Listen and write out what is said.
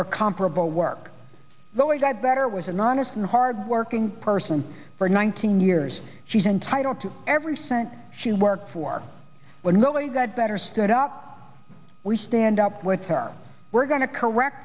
or comparable work though if i better was an honest and hardworking person for nineteen years she's entitled to every cent she worked for when nobody got better stood up we stand up with her we're going to correct